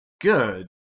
good